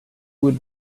would